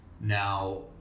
now